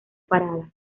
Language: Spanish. parada